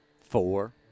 four